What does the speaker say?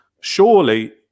Surely